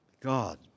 God